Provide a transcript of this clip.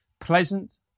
pleasant